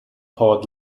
port